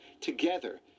Together